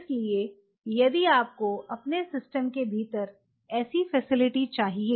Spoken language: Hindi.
इसलिए यदि आपको अपने सिस्टम के भीतर ऐसी फैसिलिटी चाहिए